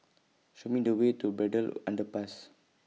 Show Me The Way to Braddell Underpass